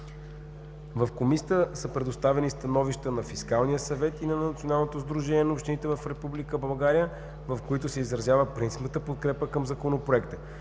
В Комисията са предоставени становища на Фискалния съвет и на Националното сдружение на общините в Република България, в които се изразява принципната подкрепа към Законопроекта.